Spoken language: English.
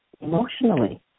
emotionally